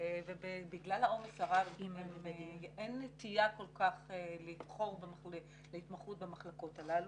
ובגלל העומס הרב אין נטייה לבחור בהתמחות במחלקות הללו.